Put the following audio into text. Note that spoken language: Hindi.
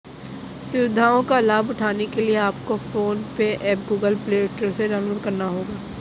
सुविधाओं का लाभ उठाने के लिए आपको PhonePe app Google Play Store से डाउनलोड करना होगा